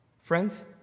Friends